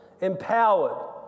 empowered